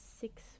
six